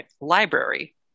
library